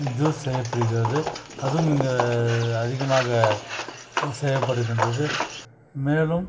juice செய்யப்படுகிறது அதுவும் இங்கே அதிகமாக செய்யப்படுகின்றது மேலும்